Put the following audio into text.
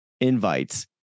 invites